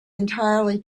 entirely